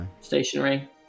Stationary